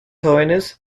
jóvenes